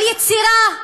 על יצירה?